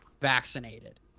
vaccinated